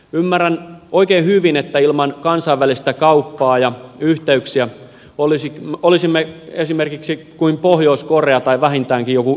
ymmärrän oikein hyvin että ilman kansainvälistä kauppaa ja yhteyksiä olisimme esimerkiksi kuin pohjois korea tai vähintäänkin joku impivaara